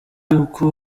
uko